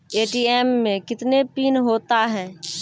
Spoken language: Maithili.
ए.टी.एम मे कितने पिन होता हैं?